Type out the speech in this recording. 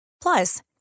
Plus